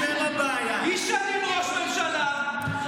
בעלי מורה לתנ"ך, חמודה.